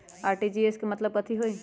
RTGS के मतलब कथी होइ?